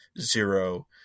zero